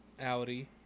Audi